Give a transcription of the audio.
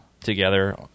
together